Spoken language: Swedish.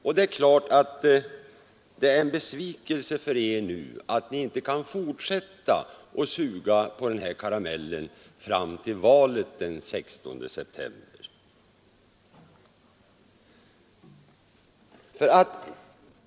Och det är klart att det är en besvikelse för er att ni inte kan fortsätta att suga på den karamellen fram till valet den 16 september.